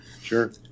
Sure